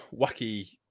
wacky